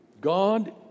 God